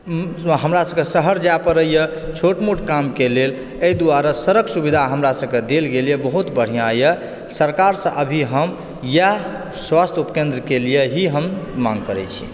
हमरा सभकेँ शहर जाए पड़ैए छोट मोट कामके लेल एहि दुआरे सड़क सुविधा हमरा सभकेँ देल गेल यऽ जे बहुत बढ़िआँ यऽ सरकारसँ अभी हम इएह स्वास्थ्य उपकेन्द्रके लिए ही हम माँग करैछी